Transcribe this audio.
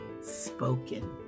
spoken